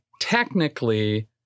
Technically